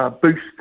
boost